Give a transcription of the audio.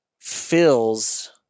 fills